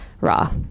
raw